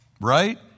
Right